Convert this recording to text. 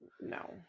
no